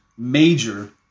major